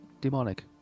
demonic